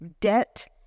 debt